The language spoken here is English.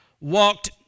walked